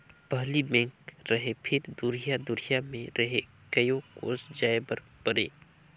पहिली बेंक रहें फिर दुरिहा दुरिहा मे रहे कयो कोस जाय बर परे